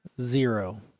zero